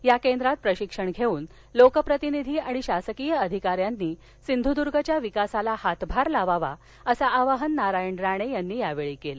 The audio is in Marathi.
या केंद्रात प्रशिक्षण घेऊन लोकप्रतिनिधी आणि शासकीय अधिकाऱ्यानी सिंधुदुर्गच्या विकासाला हातभार लावावा असं आवाहन नारायण राणे यांनी यावेळी केल